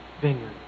vineyard